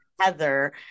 Heather